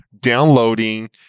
downloading